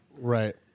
Right